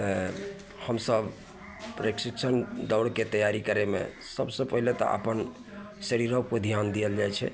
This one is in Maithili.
अएँ हमसभ प्रशिक्षण दौड़के तैआरी करैमे सबसे पहिले तऽ अपन शरीरोपर धिआन दिअल जाए छै